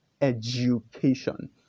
education